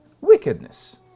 wickedness